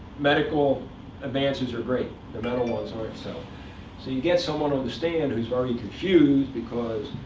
medical advances are great. the mental ones aren't so. so you get someone on the stand who's very confused because,